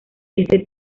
este